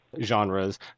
genres